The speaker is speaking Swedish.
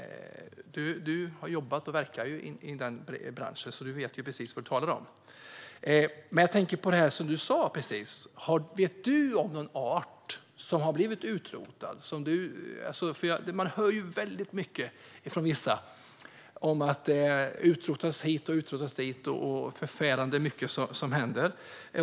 Du har jobbat och verkar i skogsbranschen, så du vet ju precis vad du talar om. Vet du om någon art som har blivit utrotad? Man hör ju väldigt mycket från vissa om att det utrotas hit och dit och att det är förfärande mycket som händer.